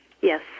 Yes